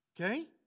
Okay